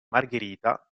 margherita